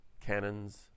cannons